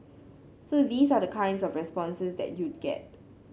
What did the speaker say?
so these are the kind of responses that you'd get